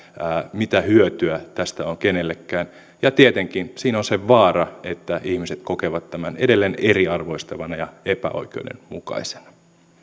mitä hyötyä tästä on kenellekään ja tietenkin siinä on se vaara että ihmiset kokevat tämän edelleen eriarvoistavana ja epäoikeudenmukaisena